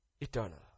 Eternal